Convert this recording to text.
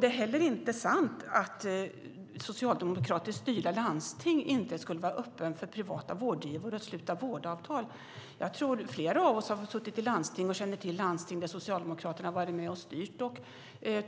Det är heller inte sant att socialdemokratiskt styrda landsting inte skulle vara öppna för privata vårdgivare och sluta vårdavtal. Flera av oss har suttit i landsting och känner till landsting där Socialdemokraterna varit med och styrt och